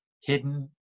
hidden